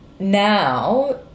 Now